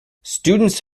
students